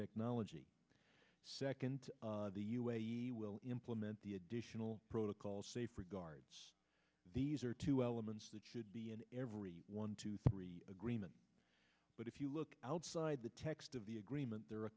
technology second the u s will implement the additional protocol safeguards these are two elements that should be in every one two three agreement but if you look outside the text of the agreement there a